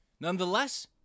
nonetheless